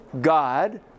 God